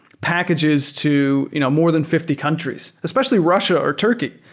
packages to you know more than fifty countries, especially russia or turkey.